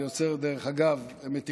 זה יוצר, דרך אגב, מתיחויות,